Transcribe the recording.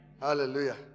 Hallelujah